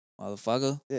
motherfucker